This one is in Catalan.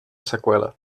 seqüela